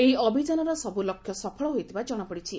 ଏହି ଅଭିଯାନର ସବ୍ର ଲକ୍ଷ୍ୟ ସଫଳ ହୋଇଥିବାର ଜଣାପଡ଼ିଛି